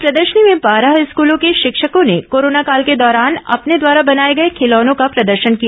प्रदर्शनी में बारह स्कूलों के शिक्षकों ने कोरोना काल के दौरान अपने द्वारा बनाए गए खिलौनों का प्रदर्शन किया